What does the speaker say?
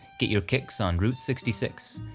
get your kicks on route sixty six,